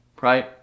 right